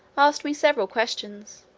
asked me several questions,